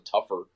tougher